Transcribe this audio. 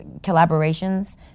collaborations